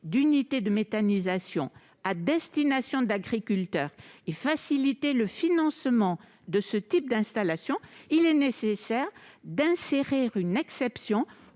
d'unités de méthanisation à destination d'agriculteurs et de faciliter le financement de ce type d'installations, il est nécessaire d'insérer une exception